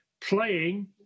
playing